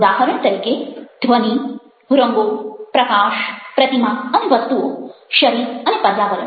ઉદાહરણ તરીકે ધ્વનિ રંગો પ્રકાશ પ્રતિમા અને વસ્તુઓ શરીર અને પર્યાવરણ